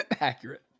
accurate